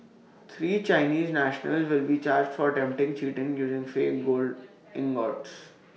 three Chinese nationals will be charged for attempted cheating using fake gold ingots